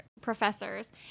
professors